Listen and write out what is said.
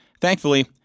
Thankfully